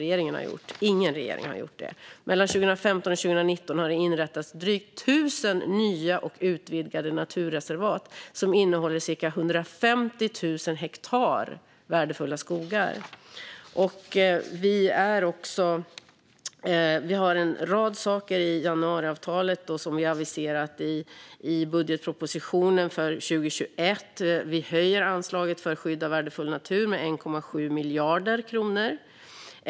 Mellan 2015 och 2019 inrättades det drygt tusen nya och utvidgade naturreservat som innehåller cirka 150 000 hektar värdefull skog. Vi har också en rad satsningar i januariavtalet som vi har aviserat i budgetpropositionen för 2021. Vi höjer anslaget för skydd av värdefull natur med 1,7 miljarder kronor.